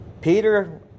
Peter